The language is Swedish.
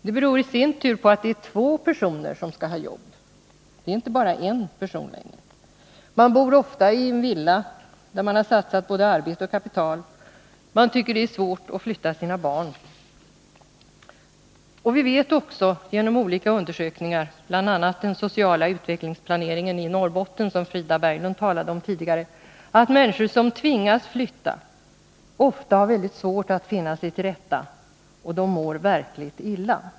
Det beror i sin tur på att det är två personer i familjen som skall ha jobb — inte bara en person. Man bor ofta i en villa, där man har satsat både arbete och kapital. Man tycker det är svårt att flytta sina barn. Vi vet också genom olika undersökningar, bl.a. den sociala utvecklingsplaneringen i Norrbotten, som Frida Berglund talade om tidigare, att människor som tvingas flytta ofta har mycket svårt att finna sig till rätta och mår verkligt illa.